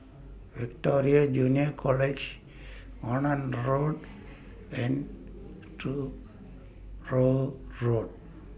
Victoria Junior College Onan Road and Truro Road